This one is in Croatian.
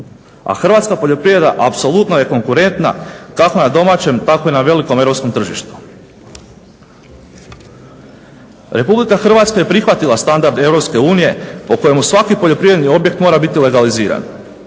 A hrvatska poljoprivreda apsolutno je konkurentna kako na domaćem tako i na velikom europskom tržištu. Republika Hrvatska je prihvatila standard EU po kojemu svaki poljoprivredni objekt mora biti legaliziran.